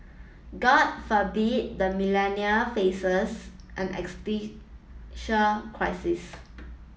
god forbid the Millennial faces an crisis